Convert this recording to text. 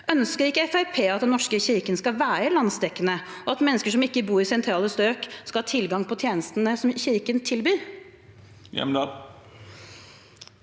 Fremskrittspartiet at Den norske kirken skal være landsdekkende, og at mennesker som ikke bor i sentrale strøk, skal ha tilgang på tjenestene som Kirken tilbyr?